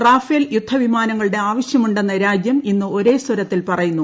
റാഫേൽയുദ്ധ വിമാനങ്ങളുടെ ആവശ്യമുണ്ടെന്ന് രാജ്യം ഇന്ന് ഒരേ സ്വരത്തിൽ പറയുന്നു